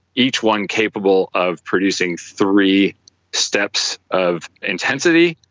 each one capable of producing three steps of intensity,